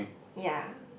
ya